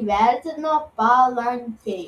įvertino palankiai